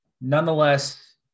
Nonetheless